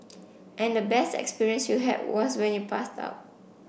and the best experience you had was when you passed out